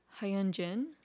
Hyunjin